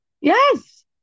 Yes